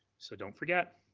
so don't forget,